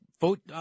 vote